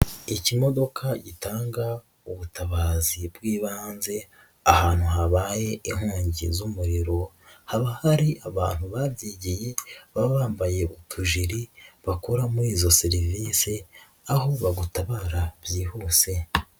Ikimodoka gitanga ubutabazi bw'ibanze ahantu habaye inkongi z'umuriro, haba hari abantu babyigiye baba bambaye utujiri bakora muri izo serivise aho bagutabara byihuse.